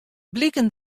bliken